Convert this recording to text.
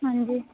ਹਾਂਜੀ